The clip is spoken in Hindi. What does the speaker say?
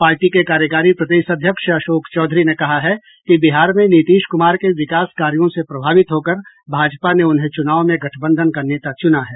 पार्टी के कार्यकारी प्रदेश अध्यक्ष अशोक चौधरी ने कहा है कि बिहार में नीतीश कुमार के विकास कार्यों से प्रभावित होकर भाजपा ने उन्हें चुनाव में गठबंधन का नेता चुना है